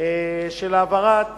של העברת